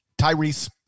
Tyrese